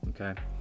okay